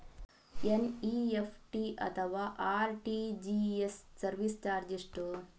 NEFT ಅಥವಾ RTGS service charge ಎಷ್ಟು?